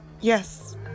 yes